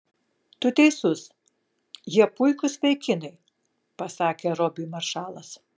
tu teisus jie puikūs vaikinai pasakė robiui maršalas